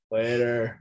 Later